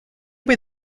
were